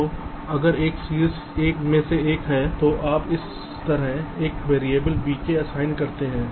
तो अगर यह शीर्ष एक में से एक है तो आप इस तरह एक वेरिएबल vk असाइन करते हैं